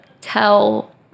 tell